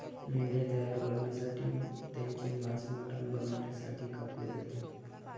मेंढ्या तयार करण्यासाठी त्यांचे मांस मटण बनवण्यासाठी कापले जाते